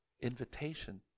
invitation